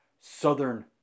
southern